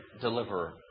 deliverer